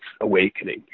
awakening